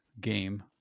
game